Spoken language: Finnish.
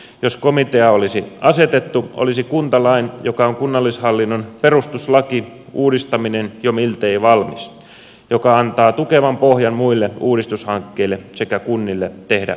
jos komitea olisi asetettu olisi kuntalain joka on kunnallishallinnon perustuslaki uudistaminen jo miltei valmis joka antaa tukevan pohjan muille uudistushankkeille sekä kunnille tehdä uudistuksia